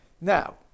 Now